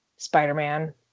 Spider-Man